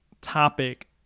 topic